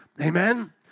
Amen